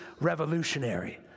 revolutionary